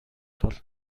тул